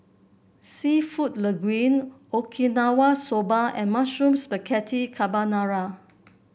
seafood Linguine Okinawa Soba and Mushroom Spaghetti Carbonara